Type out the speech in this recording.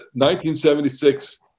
1976